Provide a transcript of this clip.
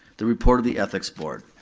the report of the ethics board.